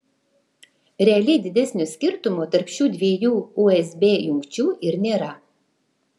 realiai didesnio skirtumo tarp šių dviejų usb jungčių ir nėra